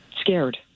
scared